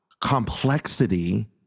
complexity